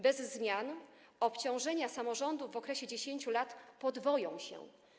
Bez zmian obciążenia samorządu w okresie 10 lat podwoją się.